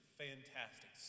fantastic